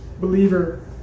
believer